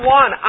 one